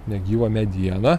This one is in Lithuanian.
negyva mediena